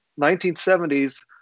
1970s